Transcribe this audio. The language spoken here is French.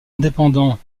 indépendant